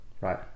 Right